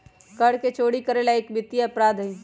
कर के चोरी करे ला एक वित्तीय अपराध हई